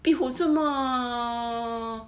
壁虎这么